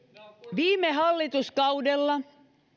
viime hallituskaudella